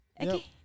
Okay